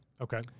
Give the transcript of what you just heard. Okay